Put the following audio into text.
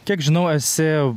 kiek žinau esi